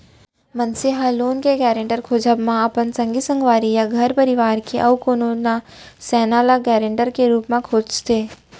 मनसे ह लोन के गारेंटर खोजब म अपन संगी संगवारी या घर परवार के अउ कोनो नत सैना ल गारंटर के रुप म खोजथे